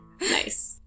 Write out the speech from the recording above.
nice